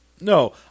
No